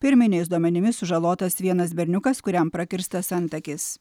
pirminiais duomenimis sužalotas vienas berniukas kuriam prakirstas antakis